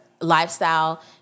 lifestyle